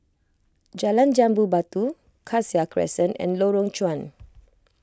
Jalan Jambu Batu Cassia Crescent and Lorong Chuan